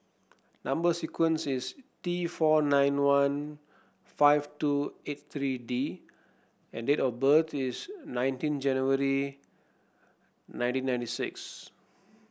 number sequence is T four nine one five two eight three D and date of birth is nineteen January nineteen ninety six